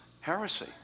heresy